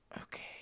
Okay